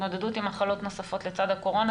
להתמודדות עם מחלות נוספות לצד הקורונה.